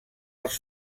els